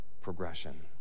progression